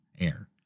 air